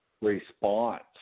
Response